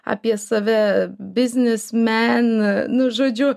apie save biznismen nu žodžiu